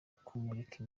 kumurika